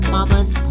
Mamas